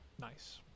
Nice